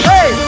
Hey